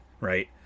right